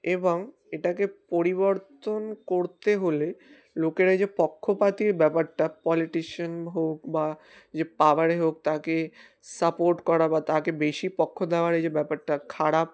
এবং এটাকে পরিবর্তন করতে হলে লোকের এই যে পক্ষপাতির ব্যাপারটা পলিটিশিয়ান হোক বা যে পাওয়ারে হোক তাকে সাপোর্ট করা বা তাকে বেশি পক্ষ দেওয়ার এই যে ব্যাপারটা খারাপ